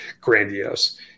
grandiose